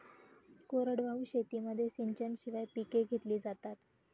कोरडवाहू शेतीमध्ये सिंचनाशिवाय पिके घेतली जातात